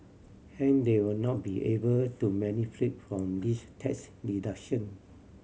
hence they would not be able to benefit from these tax deduction